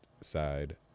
side